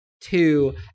two